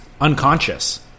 unconscious